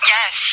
Yes